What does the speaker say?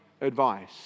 Advice